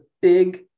big